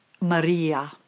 Maria